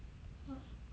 what is it